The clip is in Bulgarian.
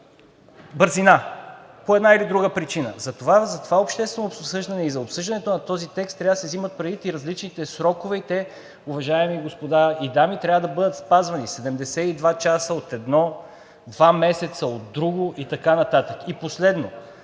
Затова общественото обсъждане и за обсъждането на този текст трябва да се вземат предвид и различните срокове и те, уважаеми господа и дами, трябва да бъдат спазвани – 72 часа от едно, 2 месеца от друго и така нататък.